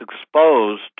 exposed